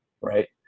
right